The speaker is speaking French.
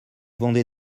vendez